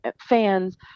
fans